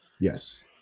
yes